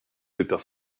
docteur